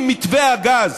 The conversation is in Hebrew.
אם מתווה הגז